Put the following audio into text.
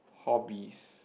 hobbies